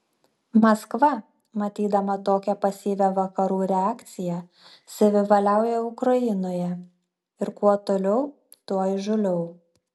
maskva matydama tokią pasyvią vakarų reakciją savivaliauja ukrainoje ir kuo toliau tuo įžūliau